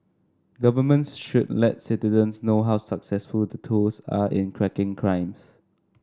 governments should let citizens know how successful the tools are in cracking crimes